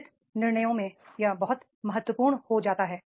संबंधित निर्णयों में यह बहुत महत्वपूर्ण हो जाता है